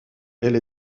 elle